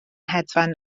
hedfan